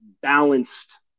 balanced